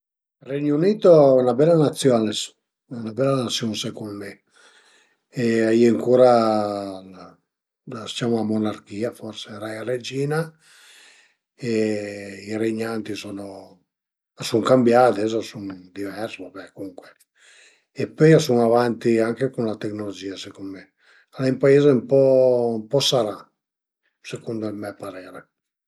La coza pi rumantica che l'ai vist al e staita cuand sun andait ën muntagna mi e mia fumna, che praticament a i eru sü a tremilaesincsent meter d'altitüdoine e l'uma vist sia il sorgere del sole al matin che ël tramunt a la seira, al e staita 'na coza belissima, pecà che l'uma sbaglià i urari